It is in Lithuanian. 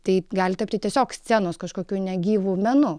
tai gali tapti tiesiog scenos kažkokiu negyvu menu